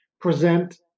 present